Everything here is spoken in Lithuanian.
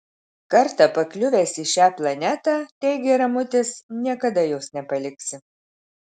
kartą pakliuvęs į šią planetą teigė ramutis niekada jos nepaliksi